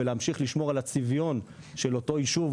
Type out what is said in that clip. ולהמשיך לשמור על הצביון של אותו יישוב,